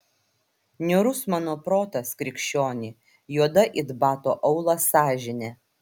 niūrus mano protas krikščioni juoda it bato aulas sąžinė